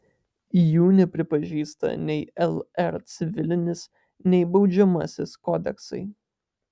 jų nepripažįsta nei lr civilinis nei baudžiamasis kodeksai